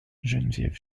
geneviève